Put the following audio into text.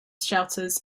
shelters